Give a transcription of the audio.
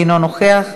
אינו נוכח.